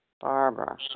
Barbara